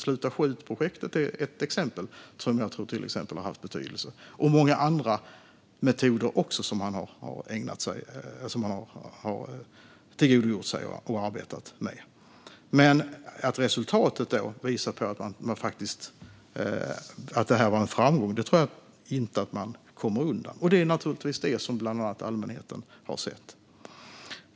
Sluta skjut-projektet är ett exempel som jag tror har haft betydelse, liksom många andra metoder som man har tillgodogjort sig och arbetat med. Men att resultatet visar på att det här var en framgång tror jag inte att man kommer undan. Det är naturligtvis det som allmänheten har sett.